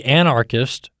anarchist